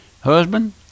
husband